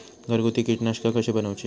घरगुती कीटकनाशका कशी बनवूची?